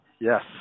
yes